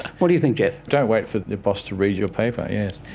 what do you think geoff? don't wait for your boss to read your paper, yes.